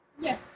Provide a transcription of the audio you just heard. Yes